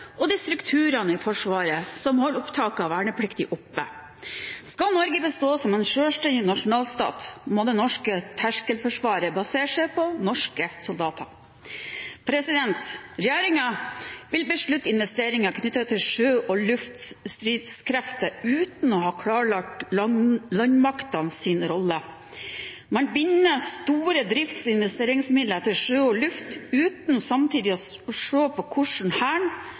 og de strukturene i Forsvaret som holder opptaket av vernepliktige oppe. Skal Norge bestå som en selvstendig nasjonalstat, må det norske terskelforsvaret basere seg på norske soldater. Regjeringen vil beslutte investeringer knyttet til sjø- og luftstridskrefter uten å ha klarlagt landmaktenes rolle. Man binder store drifts- og investeringsmidler til sjø og luft uten samtidig å se på hvordan Hæren,